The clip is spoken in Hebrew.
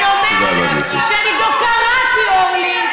אני אומרת שאני גם קראתי, אורלי.